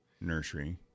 Nursery